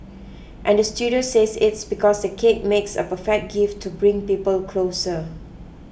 and the studio says it's because the cake makes a perfect gift to bring people closer